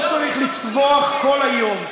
לא צריך לצווח כל היום.